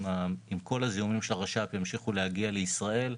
אם כל הזיהומים של הרש"פ ימשיכו להגיע לישראל,